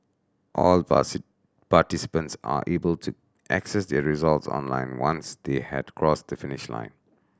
all participants are able to access their results online once they had crossed the finish line